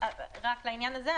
אבל רק לעניין הזה,